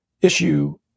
issue